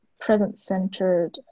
present-centered